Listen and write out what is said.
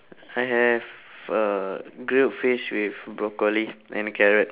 I have uh grilled fish with broccoli and a carrot